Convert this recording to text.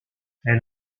elle